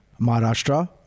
Maharashtra